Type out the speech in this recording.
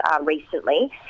recently